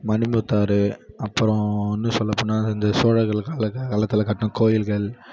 மணிமுத்தாறு அப்புறம் இன்னும் சொல்லப்போனால் இந்த சோழர்கள் கால காலத்தில் கட்டின கோயில்கள்